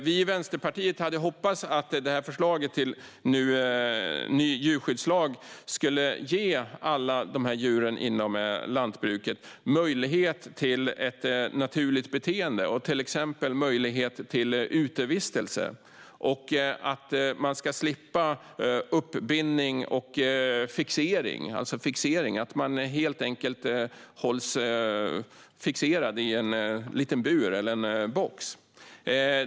Vi i Vänsterpartiet hade hoppats att det här förslaget till ny djurskyddslag skulle ge alla djur inom lantbruket möjlighet till ett naturligt beteende och till utevistelse. De ska slippa uppbindning och fixering, det vill säga att djuren hålls fixerade i en liten bur eller en box.